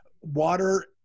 water